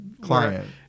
Client